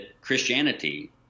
Christianity